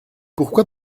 pourquoi